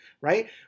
right